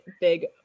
big